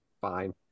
Fine